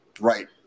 Right